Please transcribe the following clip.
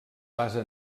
basa